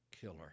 killer